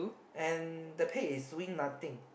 and the pig is doing nothing